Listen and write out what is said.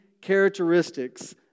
characteristics